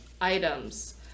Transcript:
items